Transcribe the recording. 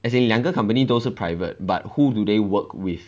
as in 两个 company 都是 private but who do they work with